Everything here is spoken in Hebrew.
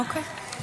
אוקיי.